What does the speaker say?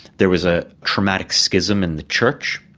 there was a traumatic schism in the church,